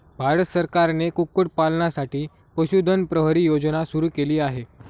भारत सरकारने कुक्कुटपालनासाठी पशुधन प्रहरी योजना सुरू केली आहे